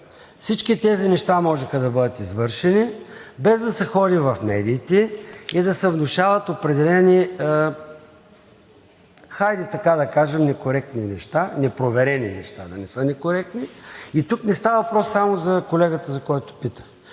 Всички тези неща можеше да бъдат извършени, без да се ходи в медиите и да се внушават определени, хайде така да кажем, непроверени неща – да не са некоректни, и тук не става въпрос само за колегата, който пита.